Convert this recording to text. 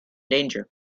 danger